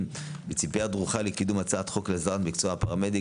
בציפייה דרוכה לקידום הצעת חוק ההסדרה במקצוע הפרמדיק